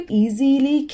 easily